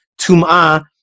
tum'ah